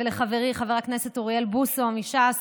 ולחברי חבר הכנסת אוריאל בוסו מש"ס